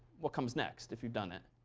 what comes next if you've done it?